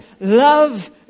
Love